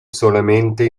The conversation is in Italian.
solamente